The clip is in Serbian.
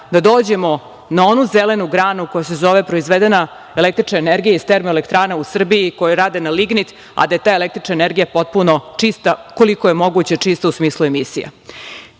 da dođemo na onu zelenu granu, koja se zove proizvedena električna energija iz termoelektrana u Srbiji, koje rade na lignit, a da je ta električna energija potpuno čista koliko je moguće čista, u smislu emisija. Zato